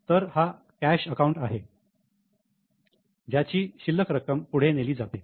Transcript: तर हा cash account आहे ज्याची शिल्लक रक्कम पुढे नेली जाते